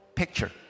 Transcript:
picture